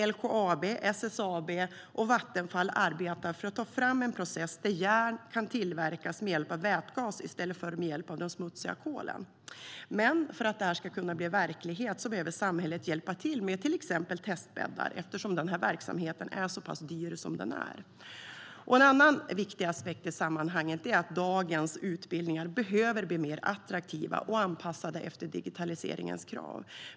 LKAB, SSAB och Vattenfall arbetar där för att ta fram en process där järn kan tillverkas med hjälp av vätgas i stället för med hjälp av den smutsiga kolen. Men för att det ska kunna bli verklighet behöver samhället hjälpa till med till exempel testbäddar eftersom verksamheten är så pass dyr som den är. En annan viktig aspekt i sammanhanget är att dagens utbildningar behöver bli mer attraktiva och anpassade efter digitaliseringens krav.